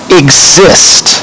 exist